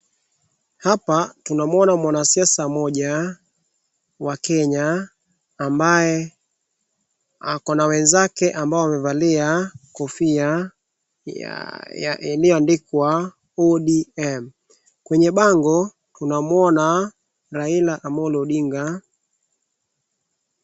Hapa tunamuona mwanasiasa mmoja wa Kenya ambaye ako nawezaka ambao wamevalia kofia ya ilioandika ODM kwenye bango tunamuona Raila Amolo Odinga.